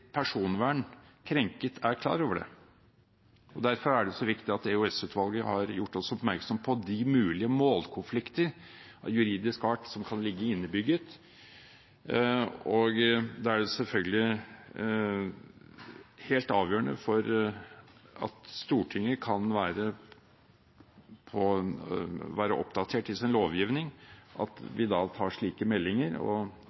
personvern krenket, er klar over det. Derfor er det så viktig at EOS-utvalget har gjort oss oppmerksom på de mulige målkonfliktene av juridisk art som kan ligge innebygget. Det er selvfølgelig helt avgjørende for at Stortinget kan være oppdatert i sin lovgivning, at vi tar slike meldinger og